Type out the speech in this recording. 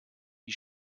die